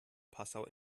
passau